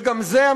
וגם זה,